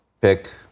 Pick